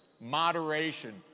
moderation